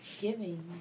giving